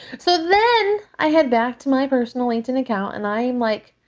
so then i head back to my personal linkedin account and i'm like,